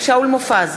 שאול מופז,